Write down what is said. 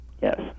yes